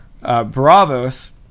Bravos